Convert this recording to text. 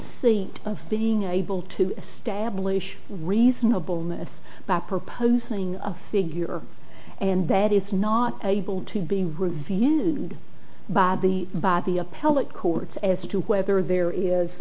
seat of being able to stablish reasonable minutes by proposing a figure and that is not able to be reviewed by the by the appellate courts as to whether there is